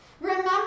Remember